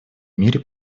мире